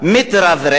מתרברב